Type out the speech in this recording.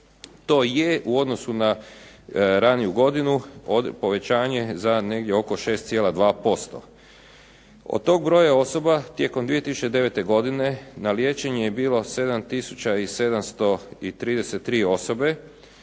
To je u odnosu na raniju godinu povećanje za negdje oko 6,2%. Od tog broja osoba tijekom 2009. godine na liječenju je bilo 7 tisuća